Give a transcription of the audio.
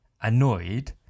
annoyed